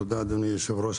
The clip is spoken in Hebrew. תודה אדוני היושב-ראש,